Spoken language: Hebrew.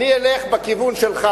אני אלך בכיוון שלך.